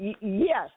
Yes